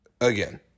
Again